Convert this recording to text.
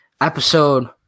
episode